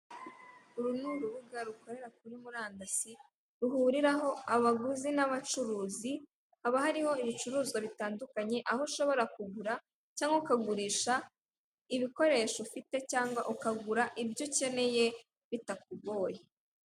Uru ni urubuga rukorera kuri murandasi ruhuriraho abaguzi n'abacuruzi, haba hariho ibicuruzwa bitandukanye aho ushobora kugura cyangwa ukagurisha ibikoresho ufite cyangwa ukagura ibyo ukeneye bitakugoye.